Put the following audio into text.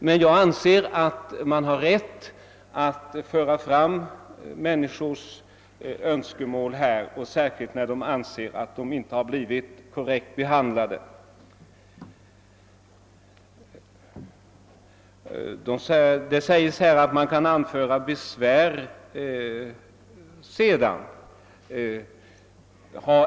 Men jag anser att man har rätt att föra fram människors önskemål här, särskilt när de anser att de inte har blivit korrekt behandlade. Vidare sade herr Lindkvist att den som har fått sin ansökan avslagen kan anföra besvär hos Kungl. Maj:t.